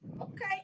okay